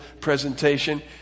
presentation